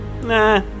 Nah